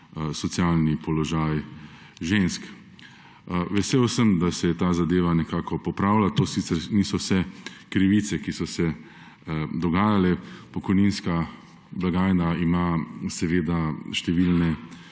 socialni položaj žensk. Vesel sem, da se je ta zadeva nekako popravila. To sicer niso vse krivice, ki so se dogajale. Pokojninska blagajna ima seveda številne